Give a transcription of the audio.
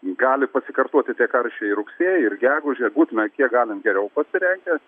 gali pasikartuoti tie karščiai rugsėjį ir gegužę būtina kiek galim geriau pasirengę